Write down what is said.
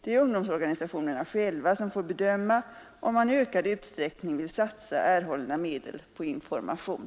Det är organisationerna själva som får bedöma om man i ökad utsträckning vill satsa erhållna medel på information.